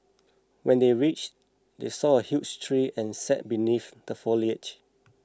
when they reached they saw a huge tree and sat beneath the foliage